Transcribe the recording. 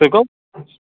تُہۍ کُم